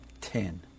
Ten